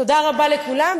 תודה רבה לכולם,